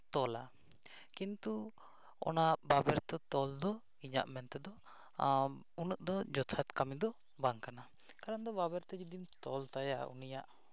ᱛᱚᱞᱟ ᱠᱤᱱᱛᱩ ᱚᱱᱟ ᱵᱟᱵᱮᱨ ᱛᱮ ᱛᱚᱞ ᱫᱚ ᱤᱧᱟᱜ ᱢᱮᱱ ᱛᱮᱫᱚ ᱩᱱᱟᱹᱜ ᱫᱚ ᱡᱚᱛᱷᱟᱛ ᱠᱟᱹᱢᱤ ᱫᱚ ᱵᱟᱝ ᱠᱟᱱᱟ ᱠᱟᱨᱚᱱ ᱫᱚ ᱵᱟᱵᱮᱨ ᱛᱮ ᱡᱩᱫᱤᱢ ᱛᱚᱞ ᱛᱟᱭᱟ ᱩᱱᱤᱭᱟᱜ